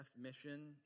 mission